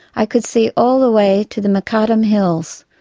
i could see all the way to the muqattam hills,